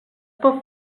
pot